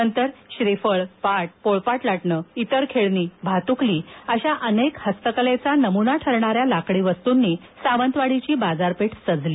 नंतर श्रीफळ पाट पोळपाट लाटणे इतर खेळणी भातुकली अशा अनेक हस्तकलेचा नमुना ठरणाऱ्या लाकडी वस्तूंनी सावंतवाडीची बाजारपेठ सजली